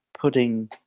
pudding